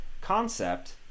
concept